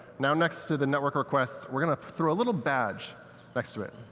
now, next to the network requests, we're going to throw a little badge next to it.